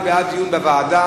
בעד דיון בוועדה,